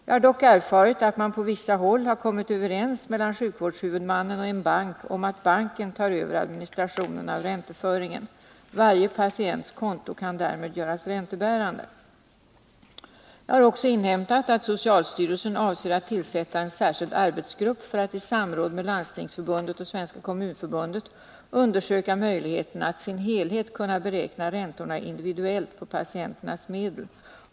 Jag har dock erfarit att man på vissa håll har kommit överens mellan sjukvårdshuvudmannen och en bank om att banken tar över administrationen av ränteföringen. Varje patients konto kan därmed göras räntebärande. Jag har också inhämtat att socialstyrelsen avser att tillsätta en särskild arbetsgrupp för att i samråd med Landstingsförbundet och Svenska kommunförbundet undersöka möjligheterna att i sin helhet kunna beräkna räntorna individuellt på patienternas medel.